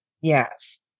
yes